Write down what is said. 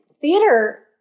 theater